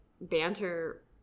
banter